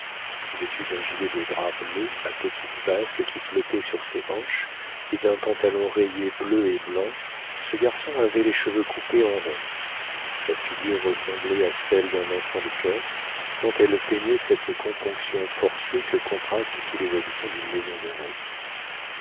vêtu d'un gilet de drap bleu à petites basques qui flottaient sur ses hanches et d'un pantalon rayé bleu et blanc ce garçon avait les cheveux coupés en rond sa figure ressemblait à celle d'un enfant de choeur tant elle peignait cette componction forcée que contractent tous les habitants d'une maison dévote